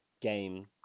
game